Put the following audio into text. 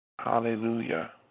Hallelujah